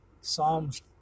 Psalms